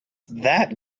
that